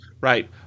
Right